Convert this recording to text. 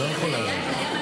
אני הייתי רוצה להגיב.